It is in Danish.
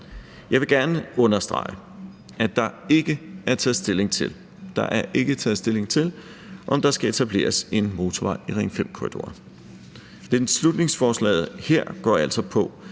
Jeg vil gerne understrege, at der ikke er taget stilling til, om der skal etableres en motorvej i Ring 5-korridoren. Beslutningsforslaget her går altså på,